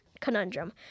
conundrum